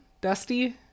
dusty